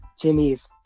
Jimmy's